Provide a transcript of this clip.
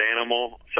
animal